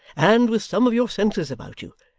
and with some of your senses about you.